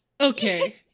Okay